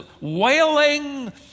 wailing